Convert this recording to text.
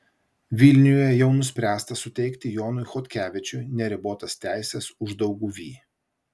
vilniuje jau nuspręsta suteikti jonui chodkevičiui neribotas teises uždauguvy